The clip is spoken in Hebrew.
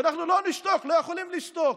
ואנחנו לא נשתוק, לא יכולים לשתוק,